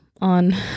on